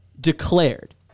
declared